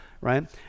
Right